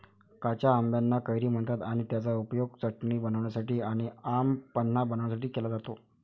कच्या आंबाना कैरी म्हणतात आणि त्याचा उपयोग चटणी बनवण्यासाठी आणी आम पन्हा बनवण्यासाठी केला जातो